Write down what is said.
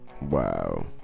Wow